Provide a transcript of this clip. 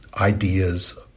ideas